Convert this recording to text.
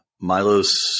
Milos